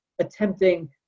attempting